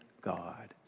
God